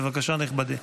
בבקשה, נכבדי.